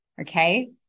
okay